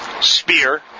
Spear